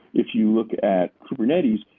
if you look at kubernetes,